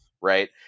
right